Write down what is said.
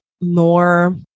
more